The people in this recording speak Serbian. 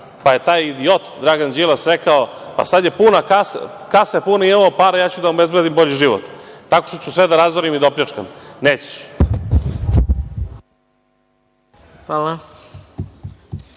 Pa je taj idiot Dragan Đilas rekao - pa sad je puna kasa, kasa je puna, imamo para, ja ću da vam obezbedim bolji život, tako što ću sve da razorim o opljačkam. Nećeš. **Maja